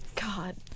God